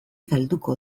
galduko